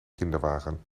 kinderwagen